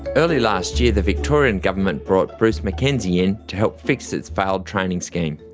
early last year the victorian government bought bruce mackenzie in to help fix its failed training scheme.